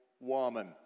woman